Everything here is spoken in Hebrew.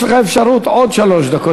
יש לך אפשרות עוד שלוש דקות,